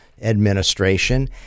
administration